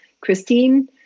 Christine